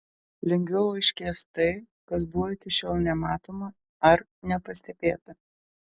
lengviau aiškės tai kas buvo iki šiol nematoma ar nepastebėta